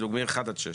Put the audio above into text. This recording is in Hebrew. מאחד עד שש.